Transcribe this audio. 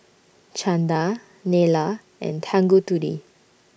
Chanda Neila and Tanguturi